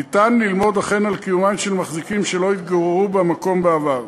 ניתן ללמוד אכן על קיומם של מחזיקים שלא התגוררו במקום בעבר.